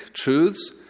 truths